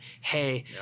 Hey